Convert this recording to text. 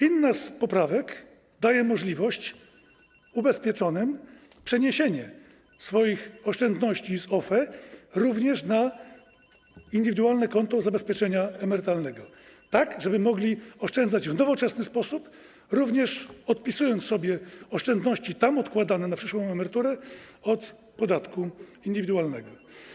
Inna z poprawek daje ubezpieczonym możliwość przeniesienia swoich oszczędności z OFE również na indywidualne konto zabezpieczenia emerytalnego, tak żeby mogli oszczędzać w nowoczesny sposób, również odpisując sobie oszczędności tam odkładane na przyszłą emeryturę od podatku indywidualnego.